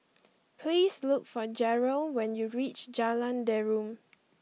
please look for Jerrell when you reach Jalan Derum